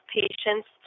patients